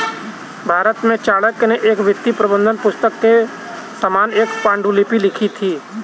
भारत में चाणक्य ने एक वित्तीय प्रबंधन पुस्तक के समान एक पांडुलिपि लिखी थी